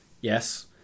Yes